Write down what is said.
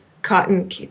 Cotton